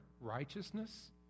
righteousness